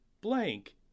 blank